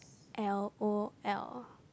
L_O_L